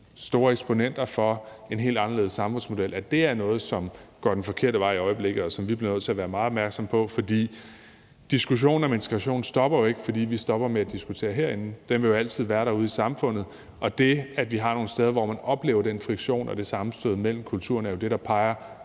store eksponenter for en helt anderledes samfundsmodel. Det er noget, som går den forkerte vej i øjeblikket, og som vi bliver nødt til at være meget opmærksomme på. For diskussionen om integration stopper jo ikke, fordi vi stopper med at diskutere herinde; den vil jo altid være derude i samfundet. Og det, at vi har nogle steder, hvor man oplever den friktion og det sammenstød mellem kulturerne, er jo det, der peger